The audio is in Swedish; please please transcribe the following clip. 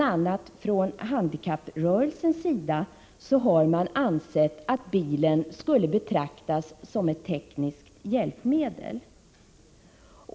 a. från handikapprörelsens sida har man ansett att bilen skall betraktas som ett tekniskt hjälpmedel.